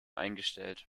eingestellt